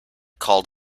called